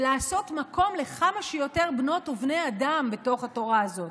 ולעשות מקום לכמה שיותר בנות ובני אדם בתוך התורה הזאת,